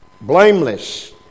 Blameless